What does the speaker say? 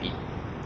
it's like the